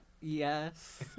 yes